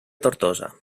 tortosa